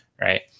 right